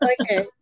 okay